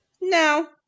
No